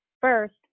First